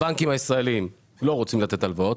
הבנקים הישראלים לא רוצים לתת הלוואות,